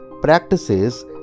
practices